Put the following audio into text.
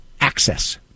access